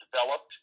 developed